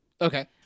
Okay